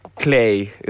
Clay